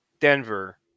Denver